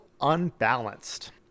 unbalanced